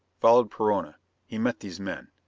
followed perona he met these men.